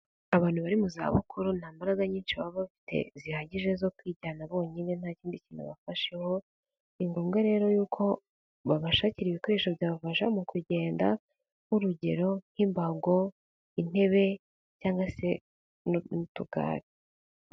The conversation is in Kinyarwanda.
Abantu bari mu zabukuru nta mbaraga nyinshi baba bafite zihagije zo kwijyana bonyine nta kindi kintu bafasheho, ni ngombwa rero yuko babashakira ibikoresho byabafasha mu kugenda nk'urugero nk'imbago, intebe, cyangwa se n'utugari.